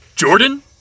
Jordan